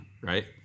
Right